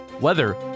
weather